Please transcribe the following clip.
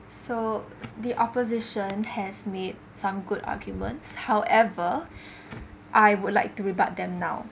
so the opposition has made some good arguments however I would like to rebut them now